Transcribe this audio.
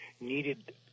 needed